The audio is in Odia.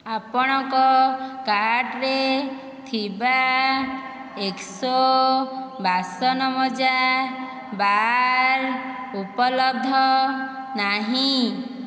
ଆପଣଙ୍କ କାର୍ଟ୍ରେ ଥିବା ଏକ୍ସୋ ବାସନମଜା ବାର୍ ଉପଲବ୍ଧ ନାହିଁ